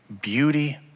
Beauty